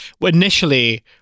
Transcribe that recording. initially